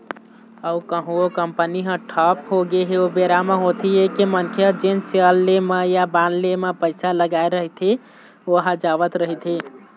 अउ कहूँ ओ कंपनी ह ठप होगे ओ बेरा म होथे ये के मनखे ह जेन सेयर ले म या बांड ले म पइसा लगाय रहिथे ओहा जावत रहिथे